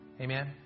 Amen